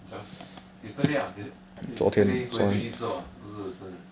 just yesterday ah is it yesterday 昨天第一次去吃 what 不是